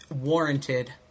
warranted